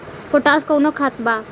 Potash कोउन खाद बा?